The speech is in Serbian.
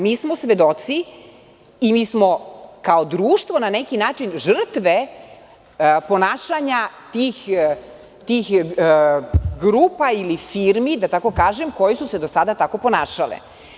Mi smo svedoci i mi smo kao društvo na neki način žrtve ponašanja tih grupa ili firmi, da tako kažem, koji su se do sada tako ponašale.